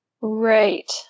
Right